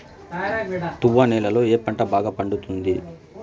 తువ్వ నేలలో ఏ పంట బాగా పండుతుంది?